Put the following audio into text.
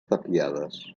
tapiades